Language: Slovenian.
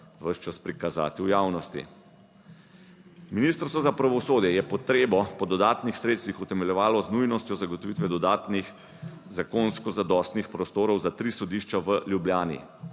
ves čas prikazati v javnosti. Ministrstvo za pravosodje je potrebo po dodatnih sredstvih utemeljevalo z nujnostjo zagotovitve dodatnih zakonsko zadostnih prostorov za tri sodišča v Ljubljani.